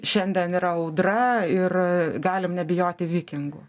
šiandien yra audra ir galim nebijoti vikingų